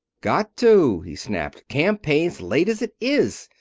got to! he snapped. campaign's late, as it is.